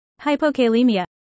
Hypokalemia